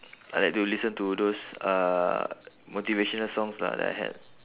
I like to listen to those uh motivational songs lah that I had